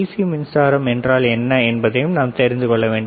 C மின்சாரம் என்றால் என்ன என்பதையும் நாம் தெரிந்து கொள்ள வேண்டும்